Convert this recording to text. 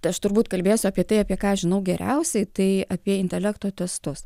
tai aš turbūt kalbėsiu apie tai apie ką žinau geriausiai tai apie intelekto testus